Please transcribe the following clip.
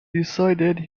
decided